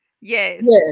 Yes